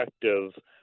effective